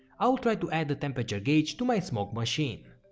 i will try to add the temperature gauge to my smoke machine.